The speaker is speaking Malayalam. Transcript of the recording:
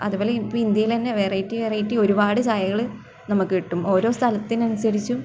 അതുപോലെ ഇപ്പം ഇന്ത്യയിലെ തന്നെ വെറൈറ്റി വെറൈറ്റി ഒരുപാട് ചായകൾ നമുക്ക് കിട്ടും ഓരോ സ്ഥലത്തിന് അനുസരിച്ചും